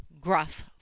gruff